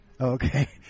Okay